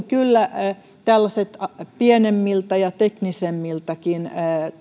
kyllä tällaiset pienemmiltä ja teknisemmiltäkin